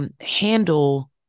Handle